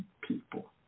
people